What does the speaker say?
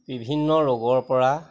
বিভিন্ন ৰোগৰপৰা